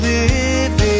Living